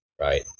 Right